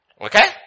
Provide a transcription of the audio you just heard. Okay